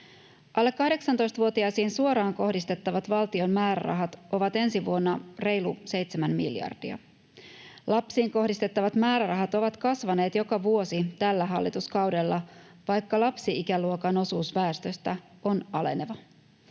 Alle 18-vuotiaisiin suoraan kohdistettavat valtion määrärahat ovat ensi vuonna reilut 7 miljardia. Lapsiin kohdistettavat määrärahat ovat kasvaneet joka vuosi tällä hallituskaudella, vaikka lapsi-ikäluokan osuus väestöstä on aleneva.